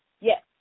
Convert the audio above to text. Yes